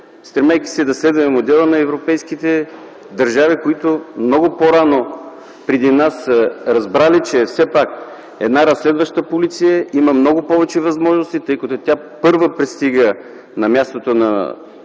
стремейки се да следваме модела на европейските държави, които много по-рано преди нас са разбрали, че все пак една разследваща полиция има много повече възможности, тъй като тя първа пристига на мястото на